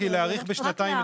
רק להאריך בשנתיים.